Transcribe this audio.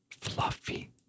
Fluffy